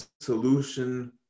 solution